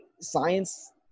Science